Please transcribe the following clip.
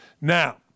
Now